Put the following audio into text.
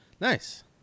Nice